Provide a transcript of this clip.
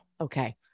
Okay